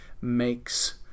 makes